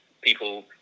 people